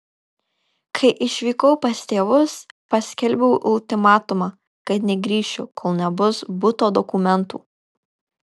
kai išvykau pas tėvus paskelbiau ultimatumą kad negrįšiu kol nebus buto dokumentų